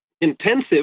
intensive